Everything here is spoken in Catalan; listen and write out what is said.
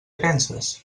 penses